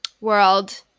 world